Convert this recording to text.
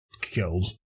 killed